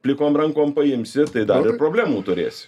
plikom rankom paimsi tai dar ir problemų turėsi